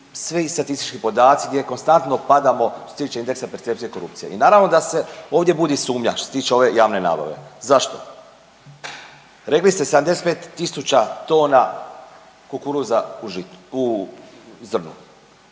svi statistički podaci gdje konstantno padamo što se tiče indeksa percepcije korupcije. I naravno da se ovdje budu sumnja što ste tiče ove javne nabave. Zašto? Rekli ste 75.000 tona kukuruza u žitu,